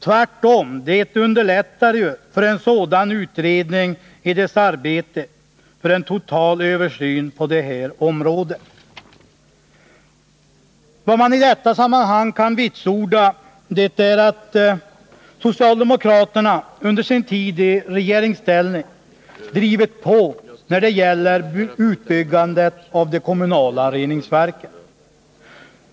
Tvärtom underlättar det för en sådan utredning i dess arbete på en total översyn på det här området. Vad man i detta sammanhang kan vitsorda är att socialdemokraterna under sin tid i regeringsställning har drivit på utbyggandet av de kommunala reningsverken.